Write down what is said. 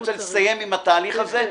אני רוצה לסיים עם התהליך הזה.